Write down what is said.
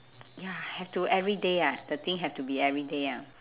ya have to every day ah the thing have to be every day ah